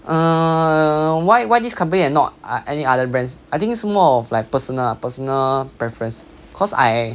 uh why why these company and not any any other brand I think 是 more of like personal ah personal preference cause I